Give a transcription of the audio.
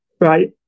Right